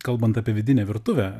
kalbant apie vidinę virtuvę